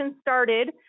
started